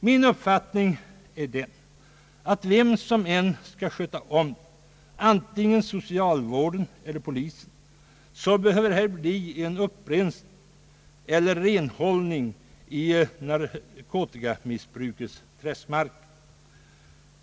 Min uppfattning är den att vem som än skall handha problemet — socialstyrelsen eller polisen — så behövs en upprensning och renhållning i narkotikamissbrukets träskmarker.